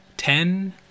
Ten